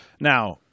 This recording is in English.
Now